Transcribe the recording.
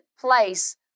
place